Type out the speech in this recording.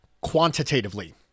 quantitatively